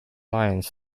lions